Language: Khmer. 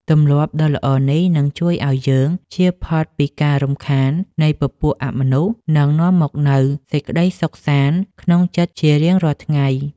ទម្លាប់ដ៏ល្អនេះនឹងជួយឱ្យយើងជៀសផុតពីការរំខាននៃពពួកអមនុស្ស និងនាំមកនូវសេចក្តីសុខសាន្តក្នុងចិត្តជារៀងរាល់ថ្ងៃ។